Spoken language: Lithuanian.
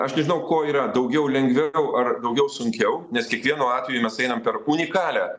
aš nežinau ko yra daugiau lengviau ar daugiau sunkiau nes kiekvienu atveju mes einam per unikalią